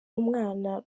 umwana